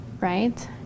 right